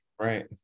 Right